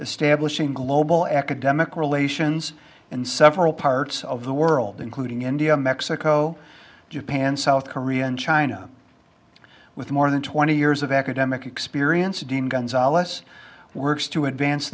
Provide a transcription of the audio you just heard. establishing global academic relations in several parts of the world including india mexico japan south korea and china with more than twenty years of academic experience dean gonzales works to advance